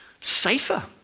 safer